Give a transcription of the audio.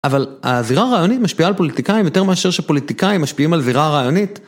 אבל הזירה הרעיונית משפיעה על פוליטיקאים יותר מאשר שפוליטיקאים משפיעים על זירה רעיונית.